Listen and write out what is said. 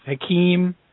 Hakeem